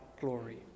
glory